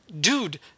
Dude